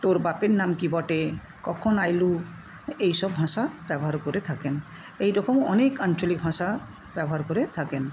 তোর বাপের নাম কী বটে কখন আইলু এই সব ভাঁষা ব্যবহার করে থাকেন এই রকম অনেক আঞ্চলিক ভাষা ব্যবহার করে থাকেন